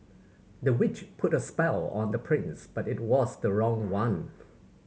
the witch put a spell on the prince but it was the wrong one